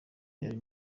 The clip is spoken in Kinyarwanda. yari